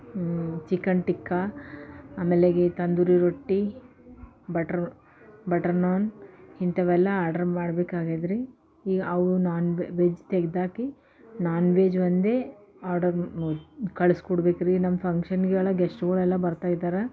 chicken tikka ಆಮೇಲೆ ತಂದೂರಿ ರೊಟ್ಟಿ butter ರೊ ಬಟ್ರ್ ನಾನ್ ಇಂಥವೆಲ್ಲ ಆರ್ಡರ್ ಮಾಡ್ಬೇಕಾಗಿದ್ರೀ ಈಗ ಅವು ನಾನ್ ವೆಜ್ ತೆಗ್ದಾಕಿ ನಾನ್ ವೆಜ್ ಒಂದೇ ಆರ್ಡರ್ ಕಳ್ಸ್ಕೊಡ್ಬೇಕ್ರಿ ನಮ್ಮ ಫಂಕ್ಷನ್ಗಳ ಗೆಸ್ಟ್ಗಳೆಲ್ಲ ಬರ್ತಾ ಇದ್ದಾರೆ